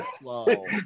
slow